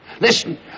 Listen